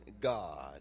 God